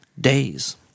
days